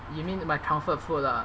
you mean my comfort food lah